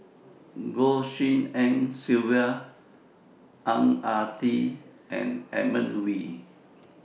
Goh Tshin En Sylvia Ang Ah Tee and Edmund Wee